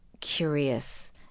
curious